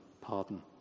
pardon